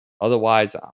Otherwise